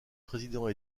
président